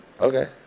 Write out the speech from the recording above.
Okay